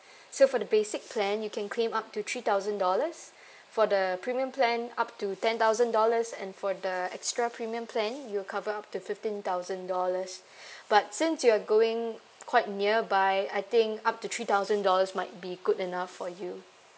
so for the basic plan you can claim up to three thousand dollars for the premium plan up to ten thousand dollars and for the extra premium plan you'll cover up to fifteen thousand dollars but since you are going quite nearby I think up to three thousand dollars might be good enough for you